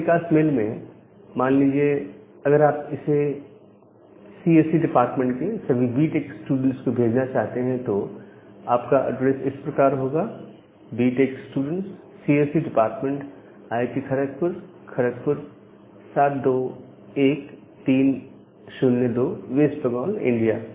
multicast mail में मान लीजिए अगर आप इसे सीएसई डिपार्टमेंट के सभी बी टेक स्टूडेंट्स को भेजना चाहते हैं तो आपका एड्रेस इस प्रकार होगा BTech student CSE department IIT Kharagpur Kharagpur 721302 West Bengal India